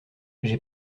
j’ai